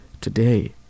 today